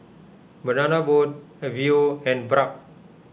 Banana Boat Viu and Bragg